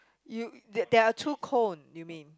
you there there are two cone you mean